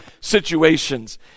situations